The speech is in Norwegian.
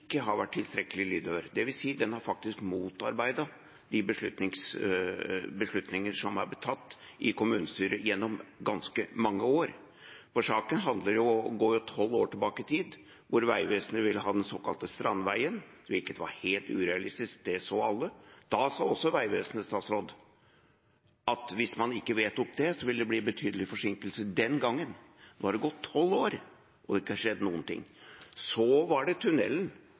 har vært tilstrekkelig lydhør – dvs. de har faktisk motarbeidet de beslutninger som er blitt tatt i kommunestyret gjennom ganske mange år. Saken går tolv år tilbake i tid, da Vegvesenet ville ha den såkalte Strandveien, hvilket var helt urealistisk – det så alle. Vegvesenet sa også den gangen at hvis man ikke vedtok det, ville det bli en betydelig forsinkelse. Nå har det gått tolv år, og det har ikke skjedd noen ting. Så var det tunellen,